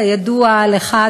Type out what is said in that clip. כידוע לך,